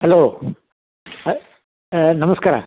hello ಆಂ ನಮಸ್ಕಾರ